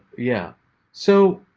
yeah so,